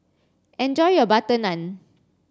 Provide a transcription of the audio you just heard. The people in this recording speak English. enjoy your butter Naan